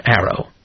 arrow